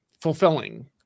fulfilling